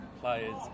players